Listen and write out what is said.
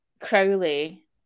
Crowley